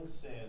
sin